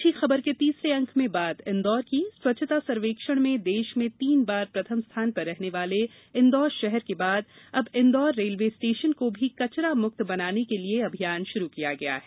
अच्छी खबर के तीसरे अंक में बात इंदौर की स्वच्छता सर्वेक्षण में देश में तीन बार प्रथम स्थान पर रहने वाले इंदौर शहर के बाद अब इंदौर रेलवे स्टेशन को भी कचरा मुक्त बनाने के लिए अभियान शुरू किया गया है